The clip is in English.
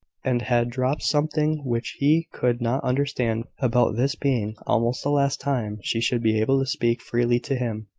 and had dropped something which he could not understand, about this being almost the last time she should be able to speak freely to him.